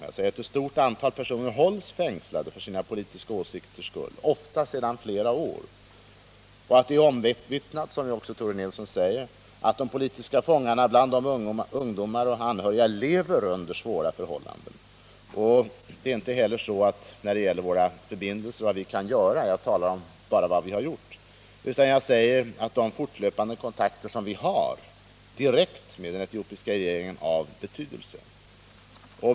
Jag säger att ett stort antal personer hålls fängslade för sina politiska åsikters skull, ofta sedan flera år. Det har omvittnats att, som Tore Nilsson säger, de politiska fångarna — bland dem ungdomar — lever under svåra förhållanden. Jag talar inte bara om — när det gäller vad vi kan uträtta genom våra förbindelser — vad vi har gjort, utan jag säger att vi framför våra åsikter vid de fortlöpande kontakter vi har direkt med den etiopiska regeringen.